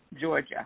Georgia